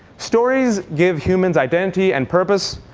stories give humans identity and purpose.